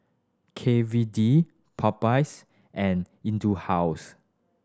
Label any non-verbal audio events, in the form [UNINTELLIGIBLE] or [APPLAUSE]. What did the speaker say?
K V D Popeyes and [UNINTELLIGIBLE] House